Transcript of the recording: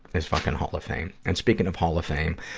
is fucking hall of fame. and speaking of hall of fame,